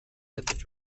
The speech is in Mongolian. ядаж